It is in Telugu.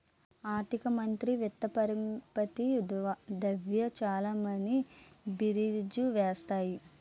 ఆర్థిక మంత్రి విత్త పరపతి ద్రవ్య చలామణి బీరీజు వేస్తారు